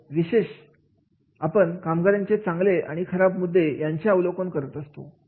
यामध्ये विशेषता आपण कामगाराचे चांगले आणि खराब मुद्दे यांचे अवलोकन करत असतो